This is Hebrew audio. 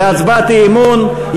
להצבעת אי-אמון,